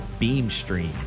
Beamstream